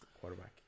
quarterback